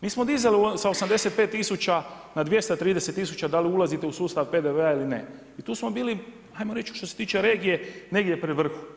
Mi smo dizali sa 85 tisuća na 230 tisuća da li ulazite u sustav PDV-a ili ne i tu smo bili ajmo reći što se tiče regije, negdje pri vrhu.